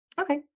Okay